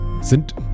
sind